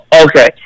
okay